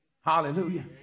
Hallelujah